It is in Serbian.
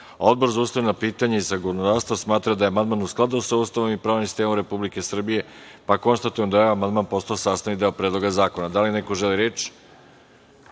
Odbor za ustavna pitanja i zakonodavstvo smatra da je amandman u skladu sa Ustavom i pravnim sistemom Republike Srbije. Konstatujem da je ovaj amandman postao sastavni deo Predloga zakona. Da li neko želi reč?